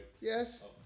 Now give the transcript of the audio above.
Yes